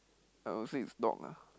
I would say it's dog ah